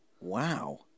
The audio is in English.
Wow